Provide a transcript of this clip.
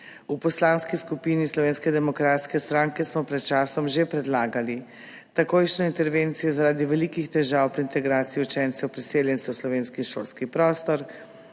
V Poslanski skupini Slovenske demokratske stranke smo pred časom že predlagali: takojšnjo intervencijo zaradi velikih težav pri integraciji učencev priseljencev v slovenski šolski prostor,